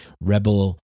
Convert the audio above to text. Rebel